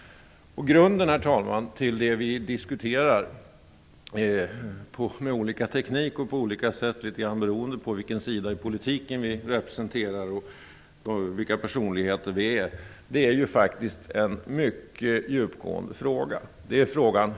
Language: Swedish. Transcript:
Herr talman! Grunden till det vi diskuterar med olika teknik och på olika sätt litet grand beroende på vilken sida i politiken vi representerar och vilka personligheter vi är, är en mycket djupgående fråga.